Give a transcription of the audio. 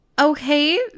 Okay